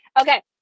okay